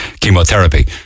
chemotherapy